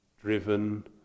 driven